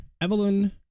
Evelyn